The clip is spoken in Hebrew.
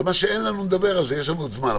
ומה שאין לנו, נדבר על זה, יש לנו עוד זמן.